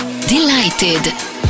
Delighted